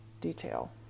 detail